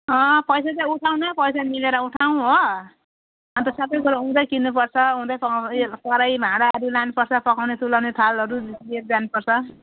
अँ पैसा चाहिँ उठाउनै पैसा मिलेर उठाउँ हो अन्त सबै कुरो उँधै किन्नुपर्छ उँधै पाउ उयो कराही भाँडाहरू लानुपर्छ पकाउने तुलाउने थालहरू लिएर जानुपर्छ